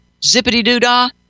Zippity-doo-dah